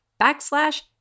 backslash